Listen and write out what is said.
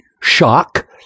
shock